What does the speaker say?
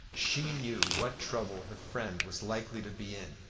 she knew what trouble her friend was likely to be in,